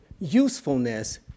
usefulness